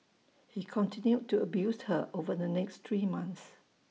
he continued to abused her over the next three months